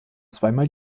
zweimal